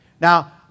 Now